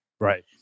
Right